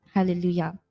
Hallelujah